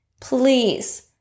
please